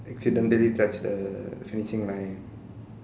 accidentally touch the finishing line